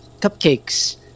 cupcakes